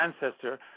ancestor